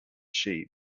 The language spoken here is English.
sheep